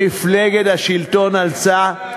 אבל אנחנו ידענו, מפלגת השלטון עשתה.